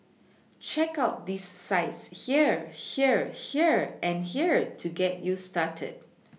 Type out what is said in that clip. check out these sites here here here and here to get you started